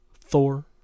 Thor